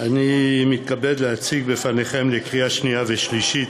אני מתכבד להציג בפניכם לקריאה השנייה ולקריאה השלישית